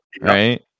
Right